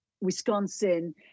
Wisconsin